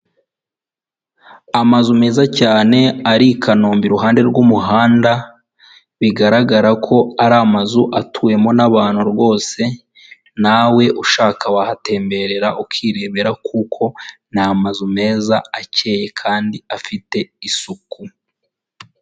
Amazu meza cyane ari i Kanombe iruhande rw'umuhanda, bigaragara ko ari amazu atuwemo n'abantu rwose, nawe ushaka wahatemberera ukirebera kuko ni amazu meza, akeyeye kandi afite isuku.